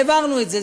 העברנו את זה.